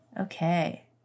Okay